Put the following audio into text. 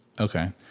Okay